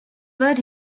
were